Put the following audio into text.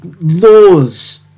laws